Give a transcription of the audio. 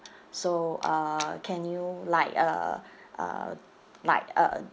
so uh can you like uh uh like uh